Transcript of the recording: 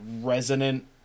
resonant